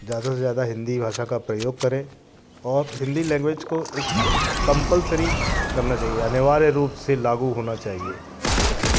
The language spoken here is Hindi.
ज़्यादा से ज़्यादा हिंदी भाषा का प्रयोग करें और हिंदी लैंग्वेज को एक कम्पलसरी करना चाहिए अनिवार्य रूप से लागू होना चाहिए जैसे